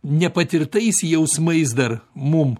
nepatirtais jausmais dar mum